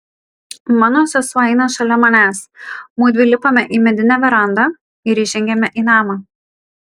mano sesuo eina šalia manęs mudvi lipame į medinę verandą ir įžengiame į namą